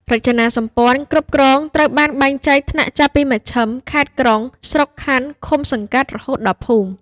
រចនាសម្ព័ន្ធគ្រប់គ្រងត្រូវបានបែងចែកថ្នាក់ចាប់ពី មជ្ឈិម ខេត្ត-ក្រុង ស្រុក-ខណ្ឌ ឃុំ-សង្កាត់ រហូតដល់ភូមិ។